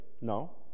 No